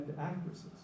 actresses